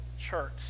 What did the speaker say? church